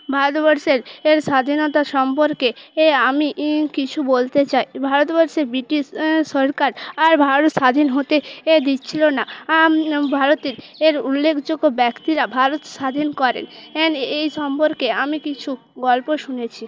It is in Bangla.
ভারতবর্ষের এর স্বাধীনতা সম্পর্কে এ আমি ই কিছু বলতে চাই ভারতবর্ষে ব্রিটিশ সরকার আর ভারত স্বাধীন হতে এ দিচ্ছিল না ভারতের এর উল্লেখযোগ্য ব্যক্তিরা ভারত স্বাধীন করেন এন এই সম্পর্কে আমি কিছু গল্প শুনেছি